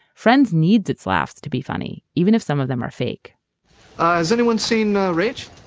friends needs its laughs to be funny even if some of them are fake has anyone seen a rach?